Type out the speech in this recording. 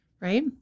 right